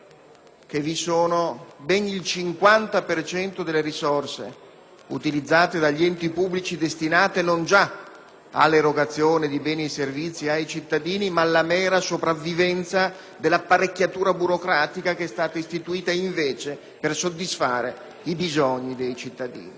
che vi è ben il 50 per cento delle risorse utilizzate dagli enti pubblici destinato non già all'erogazione di beni e servizi ai cittadini, ma alla vera sopravvivenza dell'apparecchiatura burocratica, che è stata invece istituita per soddisfare i bisogni dei cittadini.